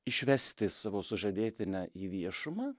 išvesti savo sužadėtinę į viešumą